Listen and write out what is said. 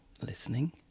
Listening